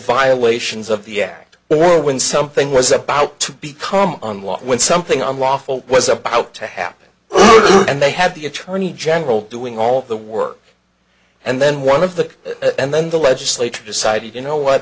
violations of the act or when something was about to become unlocked when something unlawful was about to happen and they had the attorney general doing all the work and then one of the and then the legislature decided you know what